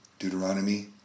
Deuteronomy